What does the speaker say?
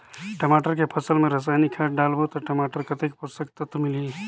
टमाटर के फसल मा रसायनिक खाद डालबो ता टमाटर कतेक पोषक तत्व मिलही?